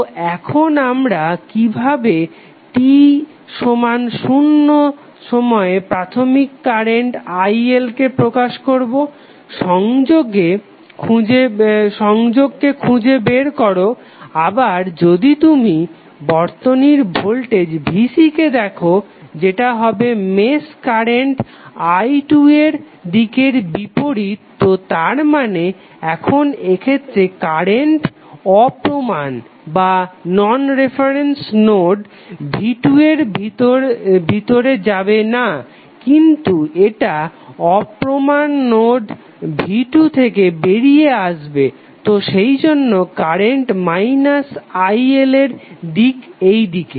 তো এখন আমরা কিভাবে t সমান শুন্য সময়ে প্রাথমিক কারেন্ট iL কে প্রকাশ করবো সংযোগকে খুঁজে বের করো আবার যদি তুমি বর্তনীর ভোল্টেজ vC কে দেখো যেটা হবে মেশ কারেন্ট i2 এর দিকের বিপরীত তো তার মানে এখন এক্ষেত্রে কারেন্ট অপ্রমান নোড v2 এর ভিতরে যাবে না কিন্তু এটা অপ্রমান নোড v2 থেকে বেরিয়ে আসবে তো সেইজন্য কারেন্ট iLএর দিক এইদিকে